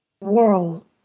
world